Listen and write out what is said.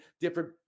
different